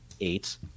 eight